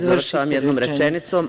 Završavam jednom rečenicom.